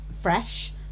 fresh